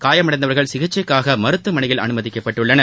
காயமடைந்தவர்கள் சிகிச்சைக்காகமருத்துவமனைகளில் அனுமதிக்கப்பட்டுள்ளனர்